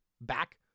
back